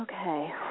Okay